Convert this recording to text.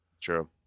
True